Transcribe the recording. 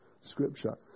scripture